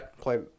play